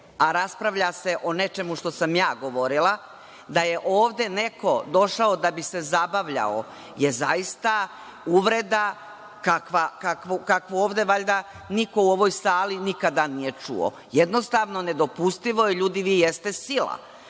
a raspravlja se o nečemu što sam ja govorila, da je ovde neko došao da bi se zabavljao, je zaista uvreda kakvu ovde valjda u ovoj sali nikada nije čuo. Jednostavno, nedopustivo je. Ljudi, vi jeste sila,